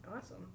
awesome